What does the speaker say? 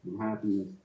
happiness